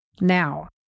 Now